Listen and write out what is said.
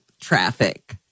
traffic